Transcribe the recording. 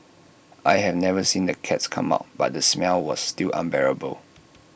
I have never seen the cats come out but the smell was still unbearable